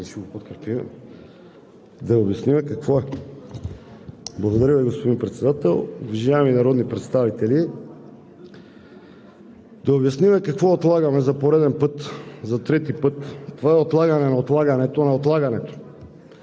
за България): Благодаря, господин Председател. Уважаеми народни представители! Да обясним какво отлагаме за пореден път, за трети път – това е отлагане на отлагането, на отлагането.